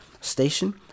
station